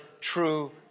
true